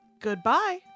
Goodbye